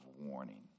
warning